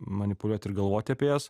manipuliuot ir galvoti apie jas